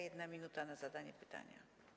1 minuta na zadanie pytania.